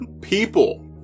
people